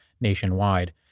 nationwide